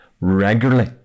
regularly